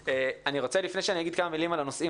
לפני שאני אגיד כמה מילים על הנושאים עצמם,